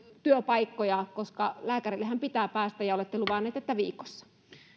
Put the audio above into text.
koska lääkärillehän pitää päästä ja olette luvanneet että viikossa